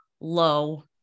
low